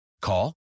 Call